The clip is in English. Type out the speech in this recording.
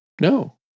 No